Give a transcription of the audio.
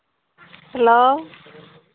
hello